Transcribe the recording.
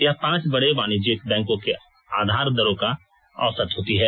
यह पांच बड़े वाणिज्यिक बैंकों की आधार दरों का औसत होती है